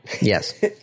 Yes